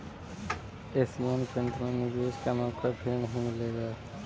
Asian paint में निवेश का मौका फिर नही मिलेगा